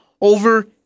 Over